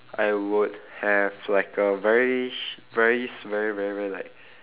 I would have like a very sh~ very s~ very very very like